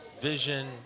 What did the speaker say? vision